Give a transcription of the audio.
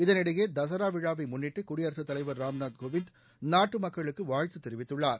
இதனிடையே தசரா விழாவை முன்னிட்டு குடியரசுத் தலைவர் ராம்நாத் கோவிந்த் நாட்டு மக்களுக்கு வாழ்த்து தெரிவித்துள்ளார்